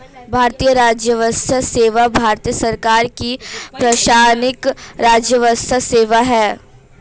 भारतीय राजस्व सेवा भारत सरकार की प्रशासनिक राजस्व सेवा है